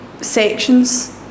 sections